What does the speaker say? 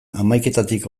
hamaiketatik